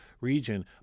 region